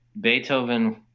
Beethoven